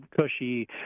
cushy